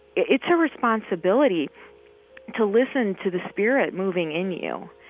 it's a responsibility to listen to the spirit moving in you.